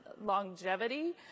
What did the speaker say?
longevity